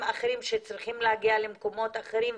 אחרים שצריכים להגיע למקומות אחרים,